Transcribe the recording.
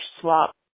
swap